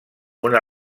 una